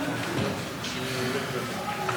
השר איוב קרא,